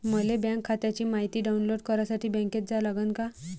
मले बँक खात्याची मायती डाऊनलोड करासाठी बँकेत जा लागन का?